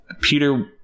Peter